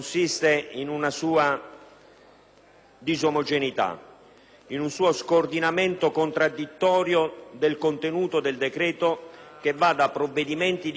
disomogeneità,